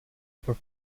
for